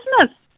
business